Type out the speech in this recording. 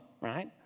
right